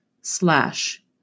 slash